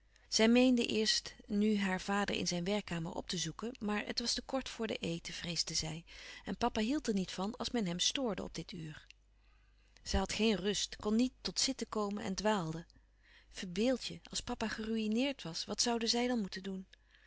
zij meende eerst nu haar vader in zijn werkkamer op te zoeken maar het was te kort voor den eten vreesde zij en papa hield er niet van als men hem stoorde op dit uur zij had geen rust kon niet tot zitten komen en dwaalde verbeeld je als papa geruïneerd was wat zouden zij dan moeten doen